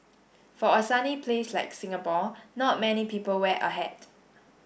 for a sunny place like Singapore not many people wear a hat